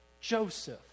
Joseph